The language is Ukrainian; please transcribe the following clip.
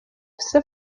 все